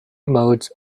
modes